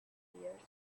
years